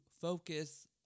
focus